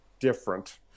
different